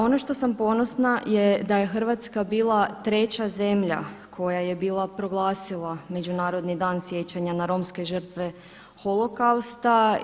Ono što sam ponosna je da je Hrvatska bila treća zemlja koja je bila proglasila Međunarodni dan sjećanja na romske žrtve Holokausta.